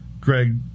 Greg